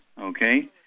okay